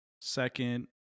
second